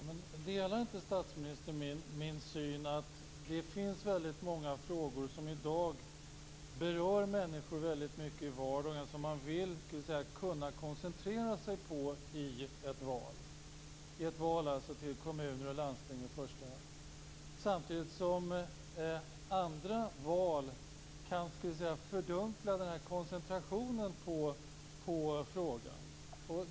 Fru talman! Delar inte statsministern min syn att det finns många frågor i dag som var och en berör människor väldigt mycket och som man vill kunna koncentrera sig på i ett val till i första hand kommuner och landsting? Samtidigt kan andra val fördunkla koncentrationen på frågan.